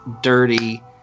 dirty